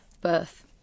birth